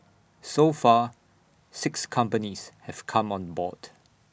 so far six companies have come on board